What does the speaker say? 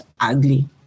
ugly